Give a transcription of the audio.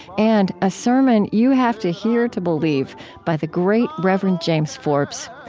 and a sermon you have to hear to believe by the great rev. and james forbes.